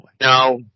No